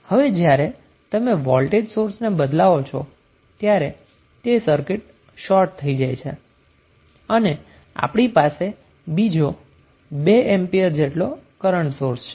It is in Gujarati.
હવે જ્યારે તમે વોલ્ટેજ સોર્સને બદલાવો છો ત્યારે તે સર્કિટ શોર્ટ થઈ જાય છે અને આપણી પાસે બીજો 2A જેટલો કરન્ટ સોર્સ છે